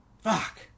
fuck